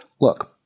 look